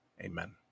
amen